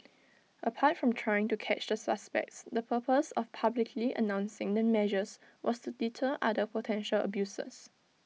apart from trying to catch the suspects the purpose of publicly announcing the measures was to deter other potential abusers